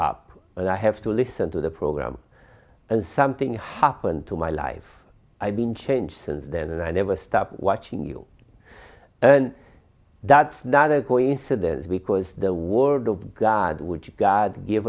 and i have to listen to the program and something happened to my life i've been changed since then and i never stop watching you and that's not a coincidence because the word of god which god gave